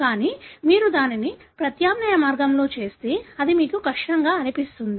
కానీ మీరు దానిని ప్రత్యామ్నాయ మార్గంలో చేస్తే అది మీకు కష్టంగా అనిపిస్తుంది